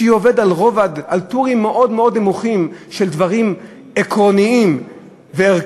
שהיא עובדת על טורים מאוד מאוד נמוכים של דברים עקרוניים וערכיים,